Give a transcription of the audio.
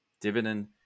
dividend